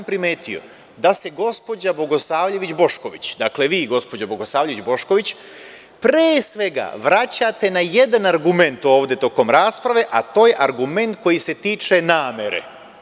Primetio sam da se gospođa Bogosavljević Bošković, dakle vi, gospođo Bogosavljević Bošković, pre svega vraćate na jedan argument ovde tokom rasprave, a to je argument koji se tiče namere.